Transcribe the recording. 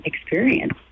experience